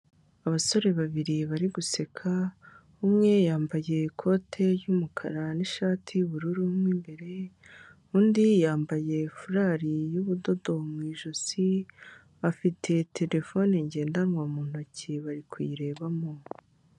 Abasore babiri bari guseka, umwe yambaye ikote ry'umukara n'ishati y'ubururu mo imbere, undi yambaye furari yubudodo mu ijosi, afite terefone ngendanwa mu ntoki bari kuyirebamo.